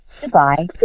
Goodbye